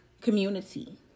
community